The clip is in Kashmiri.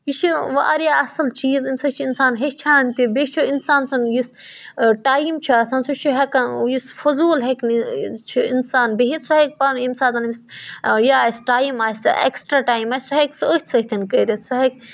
یہِ چھُ واریاہ اَصٕل چیٖز اَمہِ سۭتۍ چھُ اِنسان ہیٚچھان تہِ بیٚیہِ چھُ اِنسان سُنٛد یُس ٹایم چھُ آسان سُہ چھُ ہیٚکان یُس فٔضوٗل ہیٚکہِ نہٕ چھُ اِنسان بِہِتھ سُہ ہیٚکہِ پانہٕ ییمہِ ساتَن أمِس یہِ آسہِ ٹایم آسہِ ایٚکٕسٹرا ٹایم آسہِ سُہ ہیٚکہِ سُہ أتھۍ سۭتۍ کٔرِتھ سُہ ہیٚکہِ